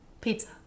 pizza